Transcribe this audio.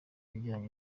ibijyanye